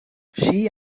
she